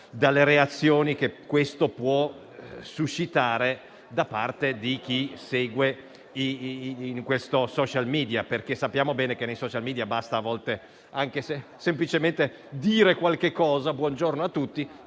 dalle reazioni che questo può suscitare da parte di chi segue questo *social media*, perché sappiamo bene che nei *social media* basta a volte anche semplicemente dire qualcosa («buongiorno a tutti»)